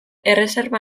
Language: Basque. erreserba